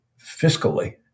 fiscally